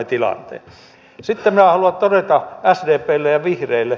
sitten minä haluan todeta sdplle ja vihreille